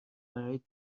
برای